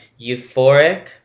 Euphoric